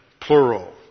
plural